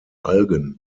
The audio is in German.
algen